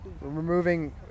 removing